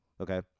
Okay